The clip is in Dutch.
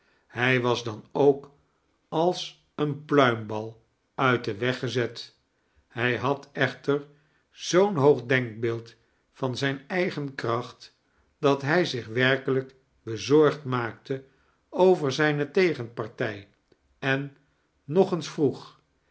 hij was dan ook als een pluimbal uit den weg gezet hij had ech ter zoo'n hoog denkbeeld van zijn eigen kracht dat hij zich werkelijk bezorgd maakte over zijne tegenpartij en nog eens vroeg